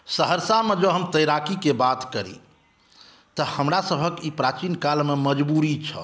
सहरसामे जँ हम तैराकीके बात करी तऽ हमरा सभक प्राचीन कालमे ई मजबुरी छल